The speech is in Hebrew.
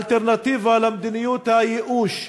האלטרנטיבה למדיניות הייאוש,